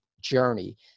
journey